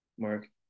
Mark